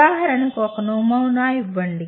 ఉదాహరణకు ఒక నమూనా ఇవ్వబడింది